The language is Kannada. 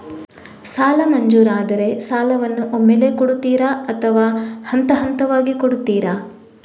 ಸಾಲ ಮಂಜೂರಾದರೆ ಸಾಲವನ್ನು ಒಮ್ಮೆಲೇ ಕೊಡುತ್ತೀರಾ ಅಥವಾ ಹಂತಹಂತವಾಗಿ ಕೊಡುತ್ತೀರಾ?